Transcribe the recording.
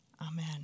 amen